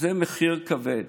זה מחיר כבד.